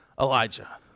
Elijah